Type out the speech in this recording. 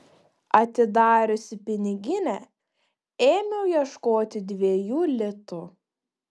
atidariusi piniginę ėmiau ieškoti dviejų litų